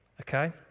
okay